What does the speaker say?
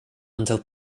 until